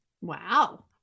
Wow